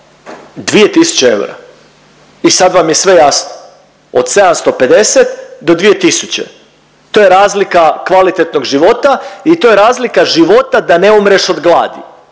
eura. I sad vam je sve jasno od 750 do dvije tisuće, to je razlika kvalitetnog života i to je razlika života da ne umreš od gladi.